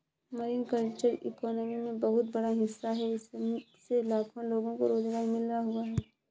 marine culture economy में बहुत बड़ा हिस्सा है इससे लाखों लोगों को रोज़गार मिल हुआ है